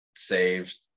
Saved